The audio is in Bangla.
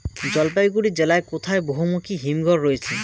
জলপাইগুড়ি জেলায় কোথায় বহুমুখী হিমঘর রয়েছে?